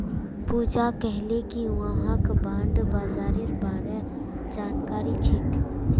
पूजा कहले कि वहाक बॉण्ड बाजारेर बार जानकारी छेक